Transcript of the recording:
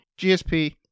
GSP